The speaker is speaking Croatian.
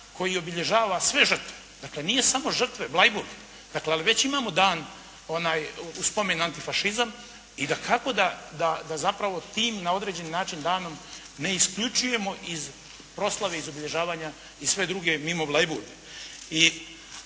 koji obilježava sve žrtve. Dakle nije samo žrtve Bleiburga, dakle ali već imamo dan u spomen antifašizam i dakako da tim na određeni način danom, ne isključujemo iz proslave iz obilježavanja i sve druge mimo Bleiburga.